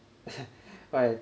like